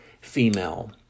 female